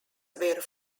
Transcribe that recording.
were